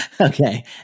Okay